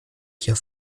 hier